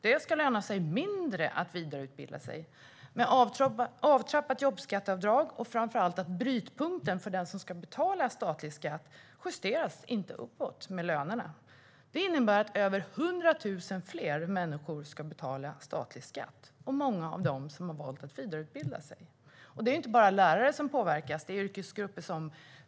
Det ska löna sig mindre att vidareutbilda sig. Detta görs genom avtrappat jobbskatteavdrag och framför allt genom att brytpunkten för den som ska betala statlig skatt inte justeras uppåt med lönerna. Det innebär att över 100 000 fler människor ska betala statlig skatt. Många av dem har valt att vidareutbilda sig. Det är inte bara lärare som påverkas.